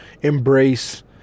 embrace